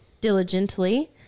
diligently